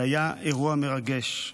זה היה אירוע מרגש.